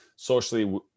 socially